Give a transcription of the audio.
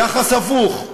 יחס הפוך: